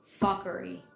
fuckery